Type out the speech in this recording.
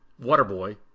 waterboy